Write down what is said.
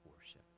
Worship